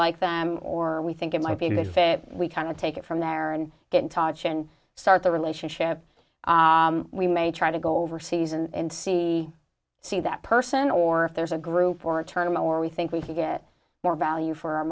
like them or we think it might be a good fit we kind of take it from there and get in touch and start the relationship we may try to go overseas and see see that person or if there's a group or internal where we think we can get more value for